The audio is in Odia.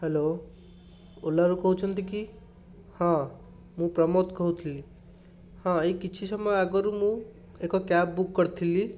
ହ୍ୟାଲୋ ଓଲାରୁ କହୁଛନ୍ତି କି ହଁ ମୁଁ ପ୍ରମୋଦ କହୁଥିଲି ହଁ ଏଇ କିଛି ସମୟ ଆଗରୁ ମୁଁ ଏକ କ୍ୟାବ୍ ବୁକ୍ କରିଥିଲି